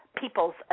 people's